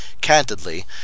candidly